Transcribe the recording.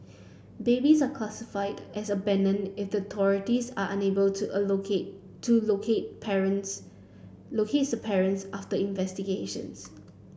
babies are classified as abandoned if the authorities are unable to a locate to locate parents locates parents after investigations